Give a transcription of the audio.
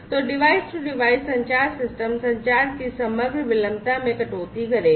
तो device to device संचार system संचार की समग्र विलंबता में कटौती करेगा